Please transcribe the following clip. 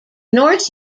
north